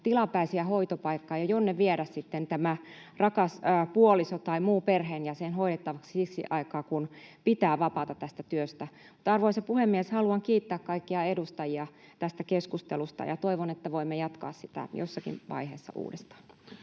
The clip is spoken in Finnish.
tilapäisiä hoitopaikkoja, jonne viedä sitten tämä rakas puoliso tai muu perheenjäsen hoidettavaksi siksi aikaa, kun pitää vapaata tästä työstä. Mutta, arvoisa puhemies, haluan kiittää kaikkia edustajia tästä keskustelusta, ja toivon, että voimme jatkaa sitä jossakin vaiheessa uudestaan.